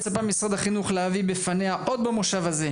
הוועדה מצפה ממשרד החינוך להביא בפניה עוד במושב הזה,